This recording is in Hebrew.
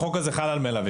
החוק הזה חל על מלווים.